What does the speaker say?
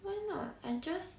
why not I just